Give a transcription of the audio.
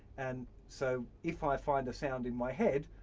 and so, if i find a sound in my head,